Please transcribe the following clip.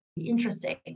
Interesting